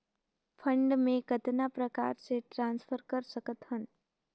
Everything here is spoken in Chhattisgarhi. फंड मे कतना प्रकार से ट्रांसफर कर सकत हन?